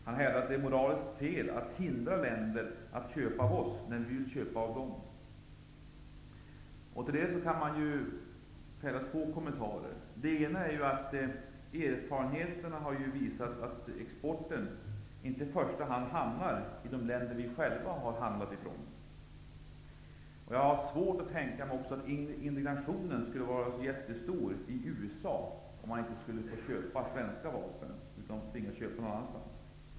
Han hävdade att det är moraliskt fel att hindra länder att köpa av oss när vi vill köpa av dem. Till detta kan man fälla två kommentarer. Den ena är att erfarenheterna har visat att exporten inte i första hand hamnar i de länder vi själva har handlat från. Jag har svårt att tänka mig att indignationen skulle vara så stor i USA om de inte skulle få köpa svenska vapen, utan tvingas köpa någon annanstans.